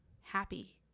happy